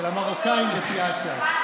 של המרוקאים בסיעת ש"ס.